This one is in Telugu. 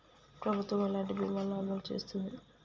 ప్రభుత్వం ఎలాంటి బీమా ల ను అమలు చేస్తుంది?